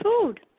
food